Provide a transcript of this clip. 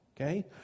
okay